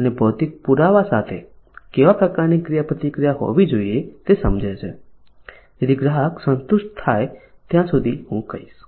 અને ભૌતિક પુરાવા સાથે કેવા પ્રકારની ક્રિયાપ્રતિક્રિયાઓ હોવી જોઈએ તે સમજે છે જેથી ગ્રાહક સંતુષ્ટ થાય ત્યાં સુધી હું કહીશ